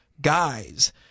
guys